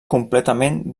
completament